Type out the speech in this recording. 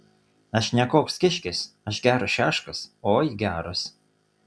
aš ne koks kiškis aš geras šeškas oi geras